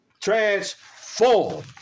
transform